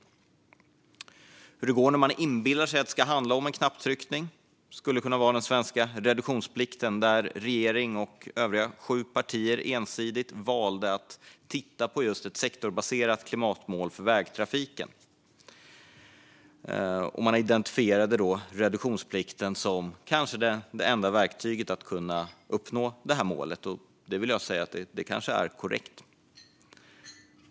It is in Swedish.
Ett exempel på hur det går när man inbillar sig att det ska handla om en knapptryckning skulle kunna vara den svenska reduktionsplikten. Regeringen och övriga sju partier valde att ensidigt titta på ett sektorsbaserat klimatmål för vägtrafiken. Man identifierade reduktionsplikten som det kanske enda verktyget för att kunna uppnå det här målet. Detta kanske är korrekt.